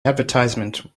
advertisement